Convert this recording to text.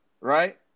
right